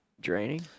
draining